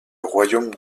royaume